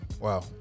Wow